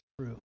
true